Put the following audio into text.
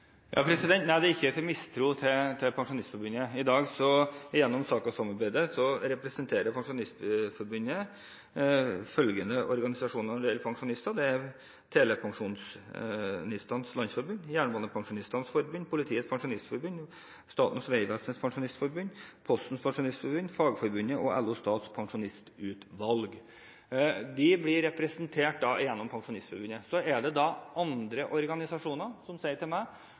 Nei, det er ikke av mistro til Pensjonistforbundet. Gjennom SAKO-samarbeidet representerer Pensjonistforbundet i dag følgende organisasjoner når det gjelder pensjonister: Telepensjonistenes Landsforbund, Jernbanepensjonistenes Forbund, Politiets Pensjonistforbund, Statens vegvesens pensjonistforbund, Postens Pensjonistforbund, Fagforbundets pensjonistutvalg og LO Stats pensjonistutvalg. De blir representert gjennom Pensjonistforbundet. Så er det andre organisasjoner som sier til meg